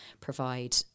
provide